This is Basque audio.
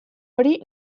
hori